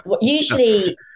Usually